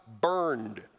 burned